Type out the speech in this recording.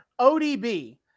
ODB